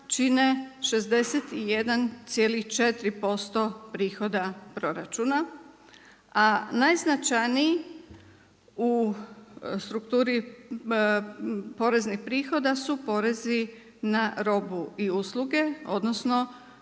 čine 61,4% prihoda proračuna, a najznačajniji u strukturi poreznih prihoda su porezi na robu i usluge, odnosno